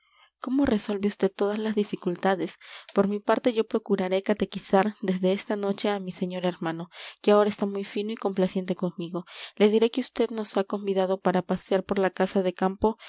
cómo resuelve vd todas las dificultades por mi parte yo procuraré catequizar desde esta noche a mi señor hermano que ahora está muy fino y complaciente conmigo le diré que vd nos ha convidado para pasear por la casa de campo